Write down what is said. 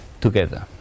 together